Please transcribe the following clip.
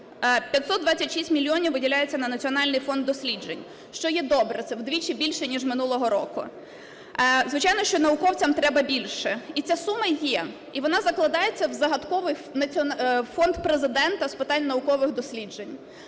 526 мільйонів виділяється на Національний фонд досліджень, що є добре, це вдвічі більше, ніж минулого року. Звичайно, що науковцям треба більше. І ця сума є, і вона закладається у загадковий… у фонд Президента з питань наукових досліджень.